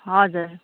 हजुर